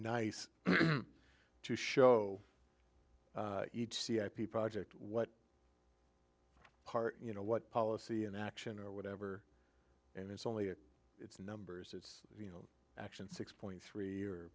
nice to show each c r p project what part you know what policy an action or whatever and it's only if it's numbers it's you know action six point three or